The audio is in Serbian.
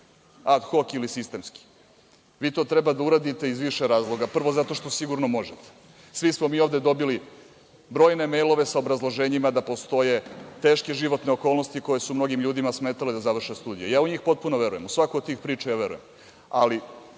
ad hok ili sistemski. Vi to treba da uradite iz više razloga, prvo zato što sigurno možete. Svi smo mi ovde dobili brojne mejlove sa obrazloženjima da postoje teške životne okolnosti koje su mnogim ljudima smetale da završe studije. Ja u njih potpuno verujem, u svaku od tih priča ja verujem,